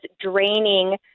draining